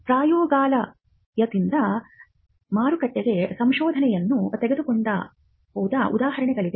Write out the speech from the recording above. ಪ್ರಯೋಗಾಲಯದಿಂದ ಮಾರುಕಟ್ಟೆಗೆ ಸಂಶೋಧನೆಯನ್ನು ತೆಗೆದುಕೊಂಡ ಹೋದ ಉದಾಹರಣೆಗಳಿವೆ